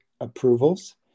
approvals